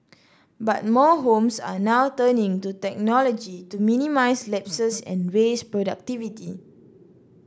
but more homes are now turning to technology to minimise lapses and raise productivity